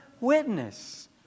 witness